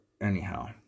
anyhow